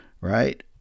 right